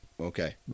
okay